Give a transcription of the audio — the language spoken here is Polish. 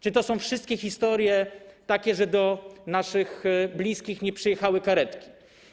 Czy to są wszystkie historie takie, że do naszych bliskich nie przyjechały karetki?